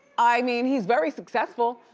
i mean, he's very successful.